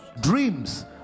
Dreams